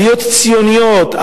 עליות ציוניות,